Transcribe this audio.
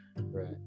right